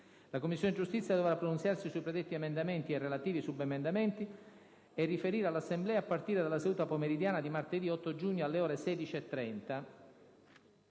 La Commissione giustizia dovrà pronunziarsi sui predetti emendamenti e relativi subemendamenti e riferire all'Assemblea a partire dalla seduta pomeridiana di martedì 8 giugno, alle ore 16,30.